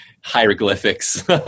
hieroglyphics